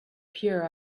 pure